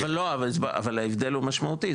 אבל לא אבל ההבדל הוא משמעותי,